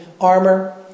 armor